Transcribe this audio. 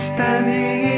Standing